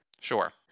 sure